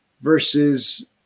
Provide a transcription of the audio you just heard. versus